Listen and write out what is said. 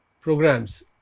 programs